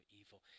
evil